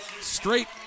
straight